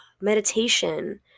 meditation